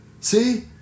See